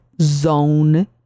zone